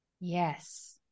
Yes